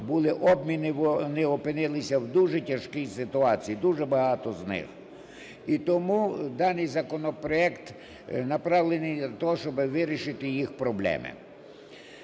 були обміни, вони опинилися в дуже тяжкій ситуації, дуже багато з них. І тому даний законопроект направлений для того, щоб вирішити їх проблеми.